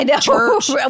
church